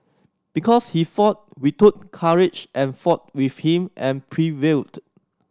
because he fought we took courage and fought with him and prevailed